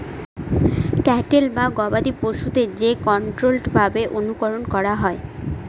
cattle বা গবাদি পশুদের যে কন্ট্রোল্ড ভাবে অনুকরন করা হয়